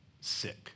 sick